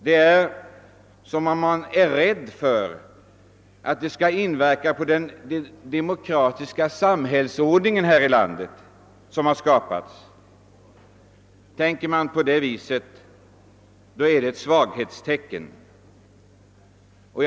Det verkar nästan som om man är rädd för att detta skulle inverka på den demokratiska samhällsordning som skapats här i landet. Det är ett svaghetstecken om man tänker på det viset.